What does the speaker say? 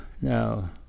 now